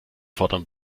fordern